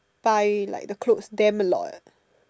buy like the clothes damn a lot eh